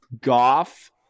Goff